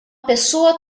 pessoa